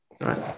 right